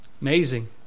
Amazing